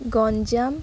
Ganjam